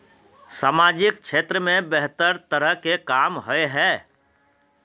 सामाजिक क्षेत्र में बेहतर तरह के काम होय है?